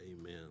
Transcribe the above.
Amen